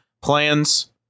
plans